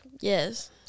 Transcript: Yes